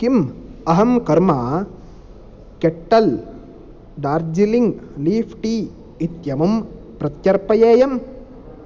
किम् अहं कर्मा केट्टल् डार्जेलिङ्ग् लीफ़् टी इत्यमं प्रत्यर्पयेयम्